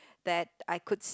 that I could